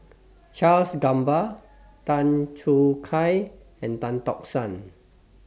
Charles Gamba Tan Choo Kai and Tan Tock San